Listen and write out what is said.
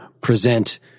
present